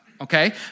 okay